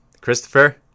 Christopher